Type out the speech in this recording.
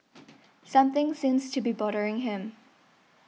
something seems to be bothering him